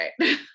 right